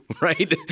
Right